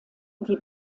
wie